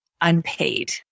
unpaid